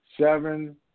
seven